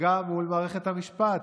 גם מול מערכת המשפט,